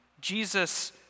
Jesus